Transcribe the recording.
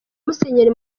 musenyeri